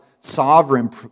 sovereign